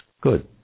Good